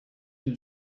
too